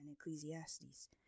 Ecclesiastes